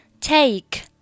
Take